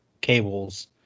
cables